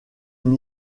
une